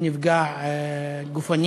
הוא נפגע גופנית.